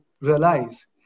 realize